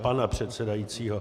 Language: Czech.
pana předsedajícího.